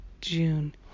June